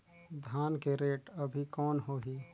धान के रेट अभी कौन होही?